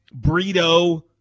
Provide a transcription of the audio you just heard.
burrito